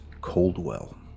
Coldwell